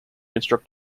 construct